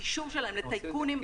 הקישור שלהם לטייקונים,